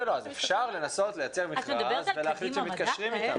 אפשר לנסות לייצר מכרז ולהחליט שמתקשרים איתם.